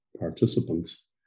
participants